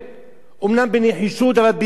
אומנם בנחישות אבל בזהירות,